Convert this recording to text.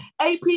AP